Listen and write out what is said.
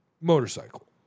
motorcycle